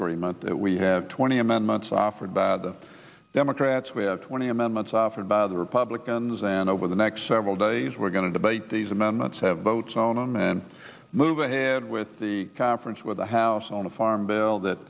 agreement that we have twenty amendments offered by democrats we have twenty amendments offered by the republicans and over the next several days we're going to debate these amendments have votes on and move ahead with the conference with the house on a farm bill that